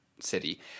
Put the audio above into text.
city